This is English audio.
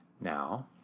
now